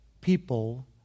people